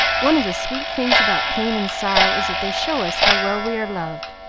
one of the sweet things about pain and sorrow is that they show us how well we are loved,